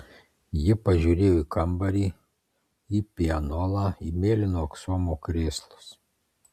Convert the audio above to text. ji pažiūrėjo į kambarį į pianolą į mėlyno aksomo krėslus